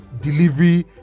delivery